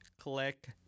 Click